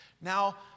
Now